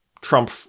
trump